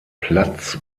platz